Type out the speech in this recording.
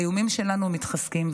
האיומים שלנו מתחזקים.